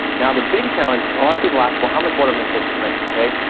now, the big challenge, a lot of people ask well, how much water am i supposed to drink, okay?